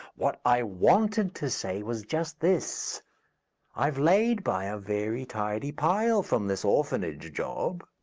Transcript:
what i wanted to say was just this i've laid by a very tidy pile from this orphanage job.